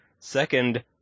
Second